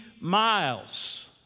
miles